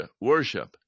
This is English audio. worship